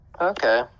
Okay